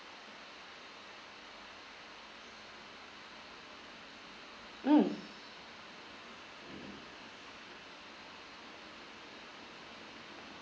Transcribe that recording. mm